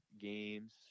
games